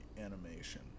animation